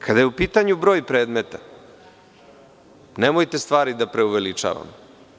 Kada je u pitanju broj predmeta, nemojte stvari da preuveličavamo.